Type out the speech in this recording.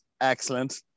Excellent